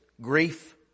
grief